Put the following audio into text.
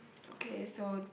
okay so